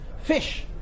fish